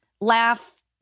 laugh